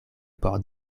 por